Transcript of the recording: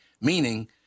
meaning